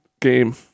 game